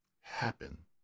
happen